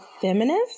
Feminist